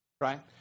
right